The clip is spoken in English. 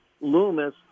Loomis